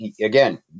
again